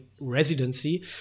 residency